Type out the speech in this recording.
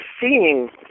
seeing